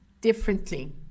differently